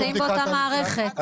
אתם נמצאים באותה מערכת.